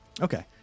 Okay